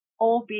OB